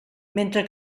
mentre